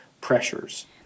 pressures